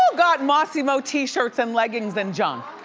ah got mossimo t-shirts and leggings and junk.